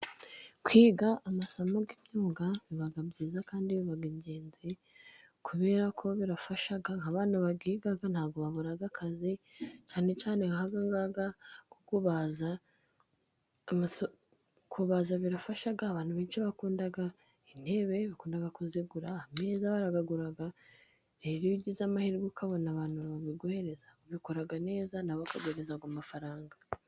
Kwiga amasomo y'imyuga biba byiza kandi biba ingenzi kubera ko birafasha, nk'abantu babyiga ntabwo babura akazi, cyane cyane nk'akangaka ko kubaza, kubaza birafasha, abantu benshi bakunda intebe, bakunda kuzigura, ameza barayagura, rero iyo ugize amahirwe ukabona abantu babiguhereza ,ubikora neza nawe bakaguhereza amafaranga.